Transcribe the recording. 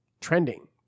trending